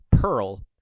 Pearl